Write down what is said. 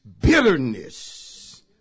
bitterness